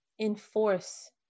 enforce